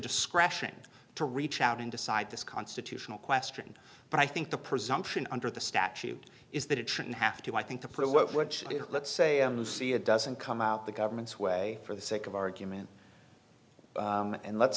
discretion to reach out and decide this constitutional question but i think the presumption under the statute is that it shouldn't have to i think to put what words let's say on the see it doesn't come out the government's way for the sake of argument and let's